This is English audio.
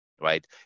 right